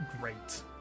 great